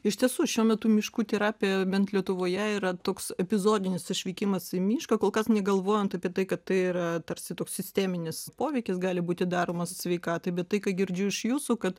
iš tiesų šiuo metu miškų terapija bent lietuvoje yra toks epizodinis išvykimas į mišką kol kas negalvojant apie tai kad tai yra tarsi toks sisteminis poveikis gali būti daromas sveikatai bet tai ką girdžiu iš jūsų kad